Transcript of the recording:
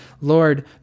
Lord